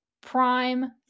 prime